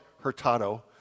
Hurtado